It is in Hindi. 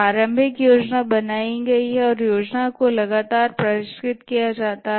प्रारंभिक योजना बनाई गई है और योजना को लगातार परिष्कृत किया जाता है